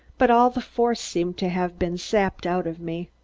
but all the force seemed to have been sapped out of me.